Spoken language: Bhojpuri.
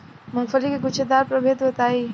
मूँगफली के गूछेदार प्रभेद बताई?